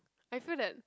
I feel that